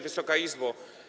Wysoka Izbo!